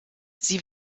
sie